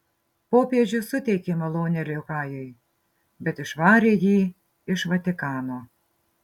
popiežius suteikė malonę liokajui bet išvarė jį iš vatikano